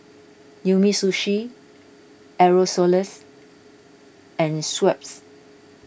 Umisushi Aerosoles and Schweppes